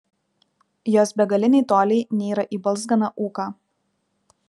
jos begaliniai toliai nyra į balzganą ūką